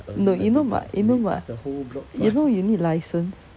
no you know what you know what you know you need license